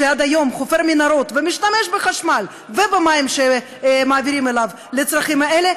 שעד היום חופר מנהרות ומשתמש בחשמל ובמים שמעבירים אליו לצרכים האלה?